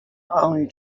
only